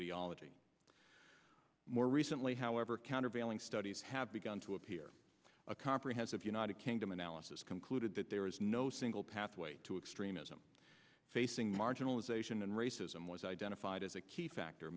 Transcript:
ideology more recently however countervailing studies have begun to appear a comprehensive united kingdom analysis concluded that there is no single pathway to extremism facing marginalization and racism was identified as a key factor